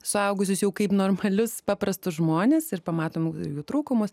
suaugusius jau kaip normalius paprastus žmones ir pamatom jų trūkumus